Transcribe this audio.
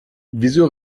wieso